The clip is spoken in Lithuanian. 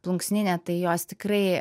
plunksninė tai jos tikrai